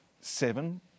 seven